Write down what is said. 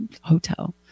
hotel